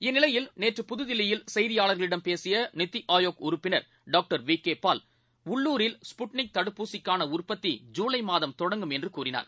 இந்நிலையில் நேற்று புதுதில்லியில் செய்தியாளர்களிடம் பேசியநித்திஅயோக் உறுப்பினர் டாக்டர் விகேபால் உள்ளுரில் ஸ்புட்னிக் தடுப்பூசிக்கானஉற்பத்தி ஜுலைமாதம் தொடங்கும் என்றுகூறினார்